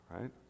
right